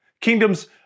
Kingdoms